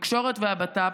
התקשורת והבט"פ,